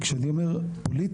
כשאני אומר פוליטיקה,